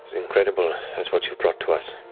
incredible as what you brought to us.